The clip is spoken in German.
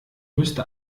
müsste